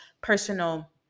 personal